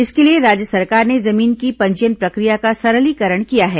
इसके लिए राज्य सरकार ने जमीन की पंजीयन प्रक्रिया का सरलीकरण किया है